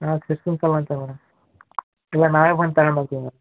ಹಾಂ ಅಂತ ಮೇಡಮ್ ಇಲ್ಲ ನಾವೇ ಬಂದು ತಗೊಂಡ್ ಹೋಗ್ತಿವ್ ಮೇಡಂ